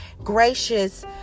gracious